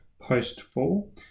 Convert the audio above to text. post-fall